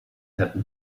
happen